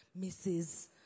Mrs